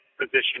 position